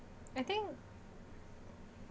I think